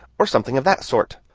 or something of that sort.